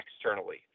externally